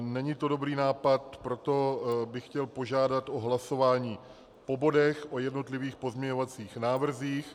Není to dobrý nápad, proto bych chtěl požádat o hlasování po bodech, o jednotlivých pozměňovacích návrzích.